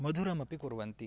मधुरम् अपि कुर्वन्ति